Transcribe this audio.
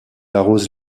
arrose